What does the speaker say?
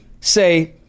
say